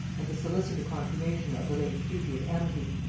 and to solicit a confirmation of the late treaty of amity.